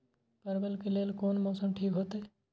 परवल के लेल कोन मौसम ठीक होते?